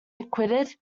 acquitted